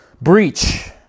breach